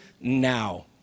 now